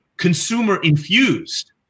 consumer-infused